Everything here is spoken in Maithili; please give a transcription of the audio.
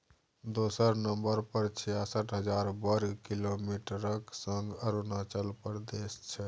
दोसर नंबर पर छियासठ हजार बर्ग किलोमीटरक संग अरुणाचल प्रदेश छै